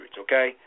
okay